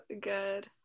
good